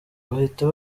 bahita